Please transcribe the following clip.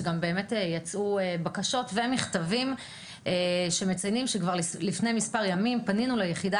שיצאו בקשות ומכתבים שמציינים: לפני מספר ימים פנינו ליחידה